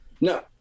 no